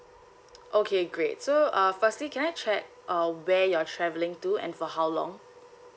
okay great so uh firstly can I check uh where you are travelling to and for how long